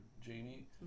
Jamie